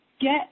get